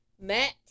Matt